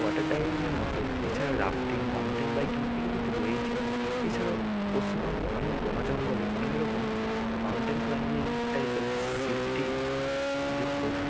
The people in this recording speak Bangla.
ওয়াটার ড্রাইভিংয়ের মতোই এছাড়া রাফটিং মাউন্টেন বাইকিং এগুলি তো রয়েইছে এছাড়াও পশ্চিমবঙ্গে অনেক বন জঙ্গলে অনেক রকম মাউন্টেন ক্লাইম্বিং টাইপের সেফটিযুক্ত